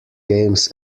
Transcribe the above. games